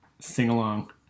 sing-along